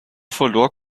verlor